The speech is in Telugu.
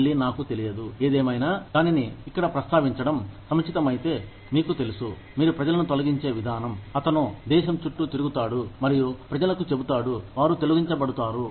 మళ్ళీ నాకు తెలియదు ఏదేమైనా దానిని ఇక్కడ ప్రస్తావించడం సముచితమైతే మీకు తెలుసు మీరు ప్రజలను తొలగించే విధానం అతను దేశం చుట్టూ తిరుగుతాడు మరియు ప్రజలకు చెబుతాడు వారు తొలగించబడతారు